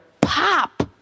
pop